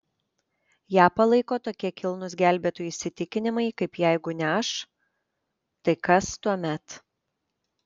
ją palaiko tokie kilnūs gelbėtojų įsitikinimai kaip jeigu ne aš tai kas tuomet